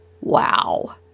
wow